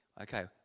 Okay